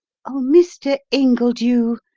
oh, mr. ingledew,